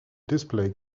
display